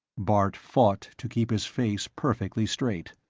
bart fought to keep his face perfectly straight.